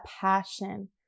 passion